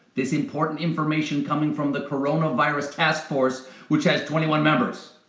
this important information coming from the coronavirus task force which has twenty one members.